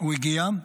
הוא הגיע.